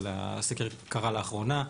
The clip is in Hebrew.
אבל הסקר קרה לאחרונה.